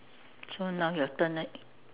so now your turn right